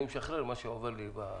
אני משחרר מה שעובר לי בראש.